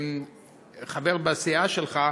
חבר בסיעה שלך,